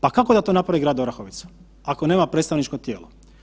Pa kako da to napravi grad Orahovica ako nema predstavničko tijelo?